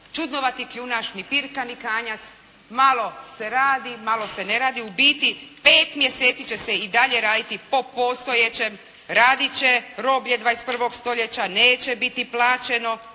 čudnovati kljunaš, ni pirka ni kanjac. Malo se radi, malo se ne radi. U biti pet mjeseci će se i dalje raditi po postojećem. Radit će roblje 21. stoljeća. Neće biti plaćeno